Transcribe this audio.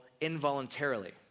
involuntarily